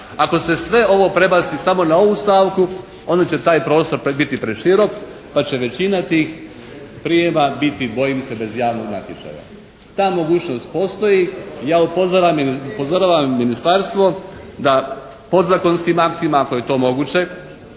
Ako se sve ovo prebaci samo na ovu stavku onda će taj prostor biti preširok pa će većina tih prijema biti bojim se bez javnog natječaja. Ta mogućnost postoji. Ja upozoravam ministarstvo da podzakonskim aktima, ako to je to moguće,